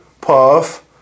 puff